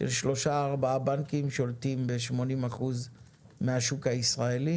של שלושה או ארבעה בנקיים ששולטים ב-80% מהשוק הישראלי